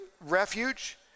refuge